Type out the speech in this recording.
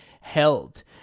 held